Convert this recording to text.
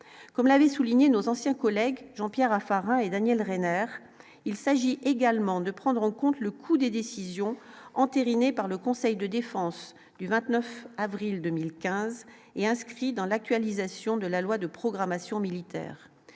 comme l'avait souligné nos anciens collègues, Jean-Pierre Raffarin et Daniel Reiner, il s'agit également de prendre en compte le coût des décisions entérinées par le Conseil de défense du 29 avril 2015 et inscrits dans l'actualisation de la loi de programmation militaire,